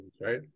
right